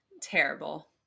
Terrible